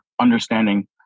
understanding